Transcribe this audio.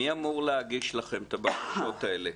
מי אמור להגיש לכם את הבקשות האלה,